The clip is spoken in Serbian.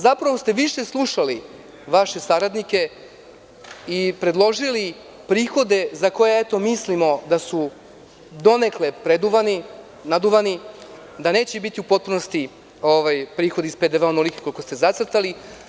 Zapravo ste više slušali vaše saradnike i predložili prihode, za koje eto mislimo da su donekle preduvani, naduvani, da neće biti u potpunosti prihodi iz PDV onoliki koliko ste zacrtali.